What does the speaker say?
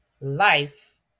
life